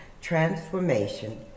transformation